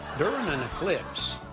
during an eclipse,